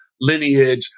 lineage